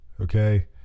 okay